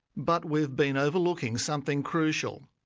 but we've been overlooking something crucial.